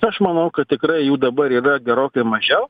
aš manau kad tikrai jų dabar yra gerokai mažiau